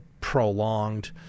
prolonged